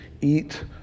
eat